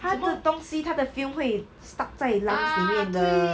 它的东西它的 fumes 会 stuck 在 lungs 里面的